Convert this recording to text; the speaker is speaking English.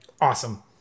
awesome